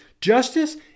justice